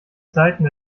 zeiten